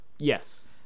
Yes